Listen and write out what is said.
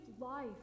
life